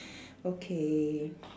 okay